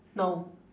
no